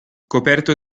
coperto